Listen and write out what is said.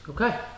Okay